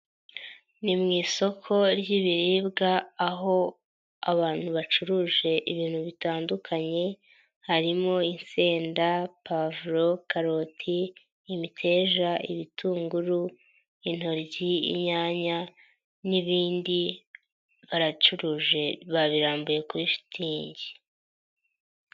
Ni mu isoko ry'ibiribwa aho abantu bacuruje ibintu bitandukanye harimo insenda pavuro, karoti, imiteja, ibitunguru, intoryi, inyanya, n'ibindi baracuruje babirambuye kuri shitingi.